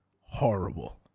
horrible